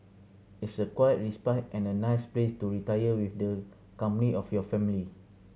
it's a quiet respite and a nice place to retire with the company of your family